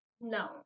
No